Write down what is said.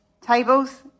tables